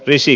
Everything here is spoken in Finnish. viisi